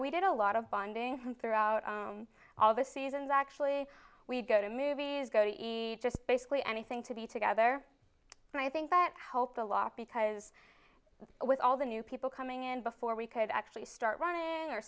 we did a lot of bonding throughout all the seasons actually we'd go to movies go to eat just basically anything to be together and i think that helped a lot because with all the new people coming in before we could actually start running o